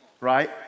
right